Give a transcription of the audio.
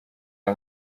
aya